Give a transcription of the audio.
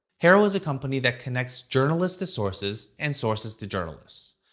haro is a company that connects journalists to sources and sources to journalists.